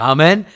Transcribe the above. Amen